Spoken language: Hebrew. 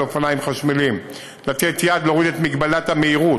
אופניים חשמליים ולתת יד להוריד את מגבלת המהירות.